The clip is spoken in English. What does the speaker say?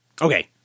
Okay